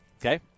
okay